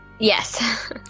Yes